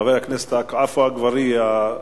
חבר הכנסת עפו אגבאריה,